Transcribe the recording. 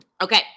Okay